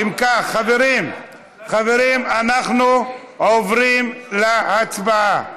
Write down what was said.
חברים, אנחנו עוברים להצבעה.